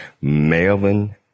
Melvin